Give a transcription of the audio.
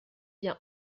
bien